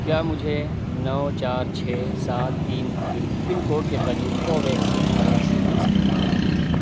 کیا مجھے نو چار چھ سات تین یتن پن کوڈ کے قریب کوویکسین ویکسین مل سکتی ہے